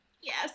Yes